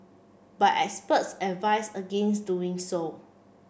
but experts advise against doing so